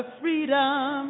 freedom